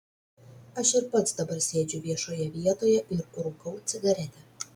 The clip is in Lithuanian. aš ir pats dabar sėdžiu viešoje vietoje ir rūkau cigaretę